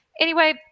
Anyway